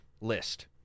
list